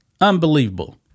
Unbelievable